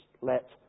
Let